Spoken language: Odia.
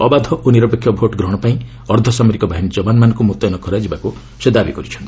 ଅବାଧ ଓ ନିରପେକ୍ଷ ଭୋଟ ଗ୍ରହଣ ପାଇଁ ଅର୍ଦ୍ଧସାମରିକ ବାହିନୀ ଯବାନମାନଙ୍କୁ ମୁତୟନ କରାଯିବାକୁ ସେ ଦାବି କରିଚ୍ଚନ୍ତି